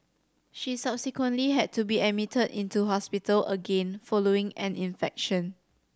she subsequently had to be admitted into hospital again following an infection